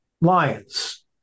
lions